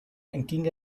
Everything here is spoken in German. entging